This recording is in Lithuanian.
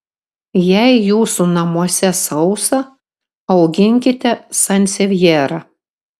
jei jūsų namuose sausa auginkite sansevjerą